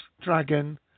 Dragon